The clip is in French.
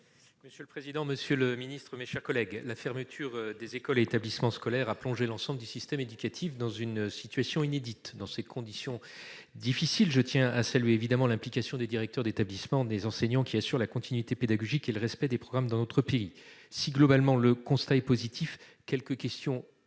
pour le groupe Union Centriste. La fermeture des écoles et établissements scolaires a plongé l'ensemble du système éducatif dans une situation inédite. Dans ces conditions difficiles, je tiens à saluer l'implication des directeurs d'établissement et des enseignants, qui assurent la continuité pédagogique et le respect des programmes dans notre pays. Si le constat est globalement positif, quelques questions